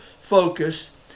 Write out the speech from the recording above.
focus